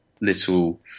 little